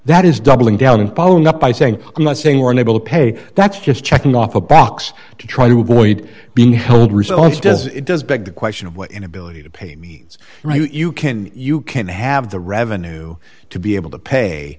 that is doubling down and following up by saying i'm not saying we're unable to pay that's just checking off a box to try to avoid being held results does it does beg the question of what inability to pay me you can you can have the revenue to be able to pay